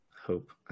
hope